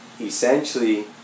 essentially